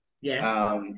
Yes